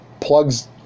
plugs